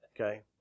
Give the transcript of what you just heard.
Okay